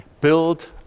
build